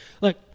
Look